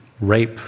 rape